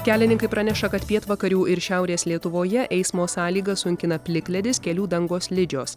kelininkai praneša kad pietvakarių ir šiaurės lietuvoje eismo sąlygas sunkina plikledis kelių dangos slidžios